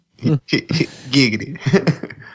giggity